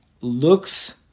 looks